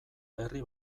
herri